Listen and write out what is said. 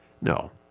No